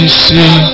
see